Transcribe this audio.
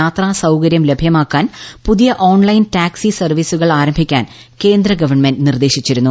യാത്രാസൌകര്യം ലഭ്യമാക്കാൻ പുതിയ online taxi സർവ്വീസുകൾ ആരംഭിക്കാൻ കേന്ദ്ര ഗവൺമെന്റ് നിർദ്ദേശിച്ചിരുന്നു